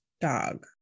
dog